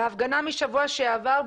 בהפגנה משבוע שעבר,